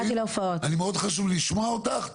חשוב לי לשמוע אותך.